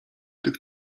tych